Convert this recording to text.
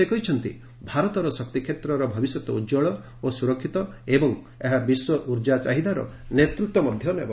ସେ କହିଛନ୍ତି ଭାରତର ଶକ୍ତି କ୍ଷେତ୍ର ଭବିଷ୍ୟତ ଉଜ୍ଜଳ ଓ ସ୍ୱରକ୍ଷିତ ଏବଂ ଏହା ବିଶ୍ୱ ଉର୍ଜା ଚାହିଦାର ନେତୃତ୍ୱ ନେବ